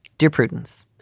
dear prudence,